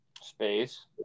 Space